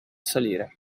salire